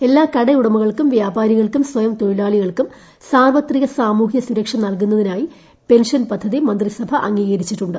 എല്ലാ കടയുടമകൾക്കും വ്യാപാരികൾക്കുംസ്വയം തൊഴിലാളികൾക്കും സാർവ്വത്രിക സാമൂഷ്കൃ സുരക്ഷ നൽകുന്നതിനായി പെൻഷൻ പദ്ധതി മൂന്ത്യ് സഭ അംഗീകരിച്ചിട്ടുണ്ട്